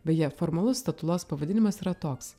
beje formalus statulos pavadinimas yra toks